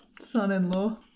Son-in-law